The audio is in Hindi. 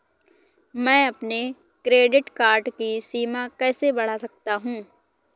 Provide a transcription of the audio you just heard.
मैं अपने क्रेडिट कार्ड की सीमा कैसे बढ़ा सकता हूँ?